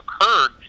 occurred